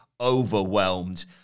overwhelmed